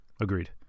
Agreed